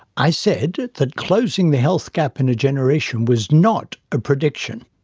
i said that closing the health gap in a generation was not a prediction.